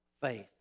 faith